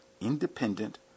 independent